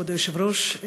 כבוד היושב-ראש,